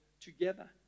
together